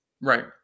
Right